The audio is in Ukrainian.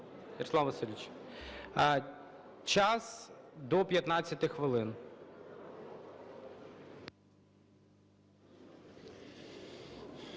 Васильович, час – до 15 хвилин.